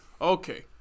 okay